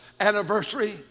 anniversary